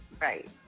Right